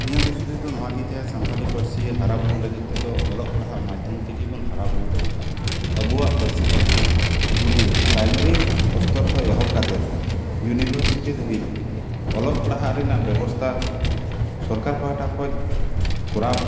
ᱤᱧᱟᱹᱝ ᱫᱤᱥᱼᱦᱩᱫᱤᱥ ᱫᱚ ᱱᱚᱣᱟᱜᱮ ᱡᱮ ᱥᱟᱱᱛᱟᱞᱤ ᱯᱟᱹᱨᱥᱤ ᱦᱟᱨᱟᱵᱩᱨᱩ ᱞᱟᱹᱜᱤᱫ ᱛᱮᱫᱚ ᱚᱞᱚᱜ ᱯᱟᱲᱦᱟᱜ ᱢᱟᱫᱽᱫᱷᱚᱢ ᱛᱮᱜᱮ ᱵᱚᱱ ᱦᱟᱨᱟᱵᱩᱨᱩ ᱫᱟᱲᱮᱭᱟᱜᱼᱟ ᱟᱵᱚᱣᱟᱜ ᱯᱟᱹᱨᱥᱤᱛᱮ ᱡᱩᱫᱤ ᱯᱨᱟᱭᱢᱟᱨᱤ ᱚᱥᱛᱚᱨ ᱠᱷᱚᱱ ᱮᱦᱚᱵ ᱠᱟᱛᱮᱫ ᱤᱭᱩᱱᱤᱵᱷᱟᱨᱥᱤᱴᱤ ᱫᱷᱟᱹᱵᱤᱡ ᱚᱞᱚᱜ ᱯᱟᱲᱦᱟᱜ ᱨᱮᱱᱟᱜ ᱵᱮᱵᱚᱥᱛᱟ ᱥᱚᱨᱠᱟᱨ ᱯᱟᱦᱴᱟ ᱠᱷᱚᱱ ᱠᱚᱨᱟᱣ